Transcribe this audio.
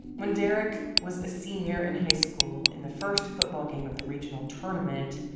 when derek was a senior in high school in the first football game of the regional tournament,